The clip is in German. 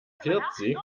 vierzig